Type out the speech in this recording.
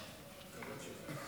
כבוד השרים,